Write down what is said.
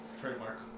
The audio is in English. Trademark